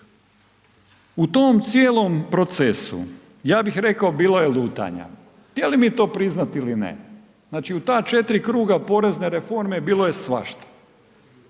U tom cijelom procesu, ja bih rekao bilo je lutanja, htjeli mi to priznati ili ne, znači u ta četiri kruga porezne reforme bilo je svašta.